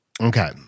Okay